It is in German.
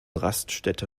raststätte